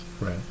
Right